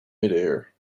midair